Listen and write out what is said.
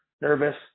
nervous